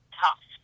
tough